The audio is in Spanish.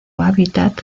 hábitat